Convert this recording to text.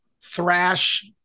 thrash